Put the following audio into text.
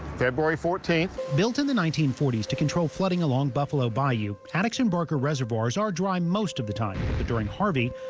february fourteenth built in the nineteen forty s to control flooding along buffalo bayou action barker reservoirs are dry most of the time during harvey,